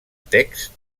text